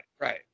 right